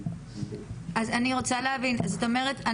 אז אני רוצה להבין: זאת אומרת,